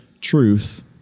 truth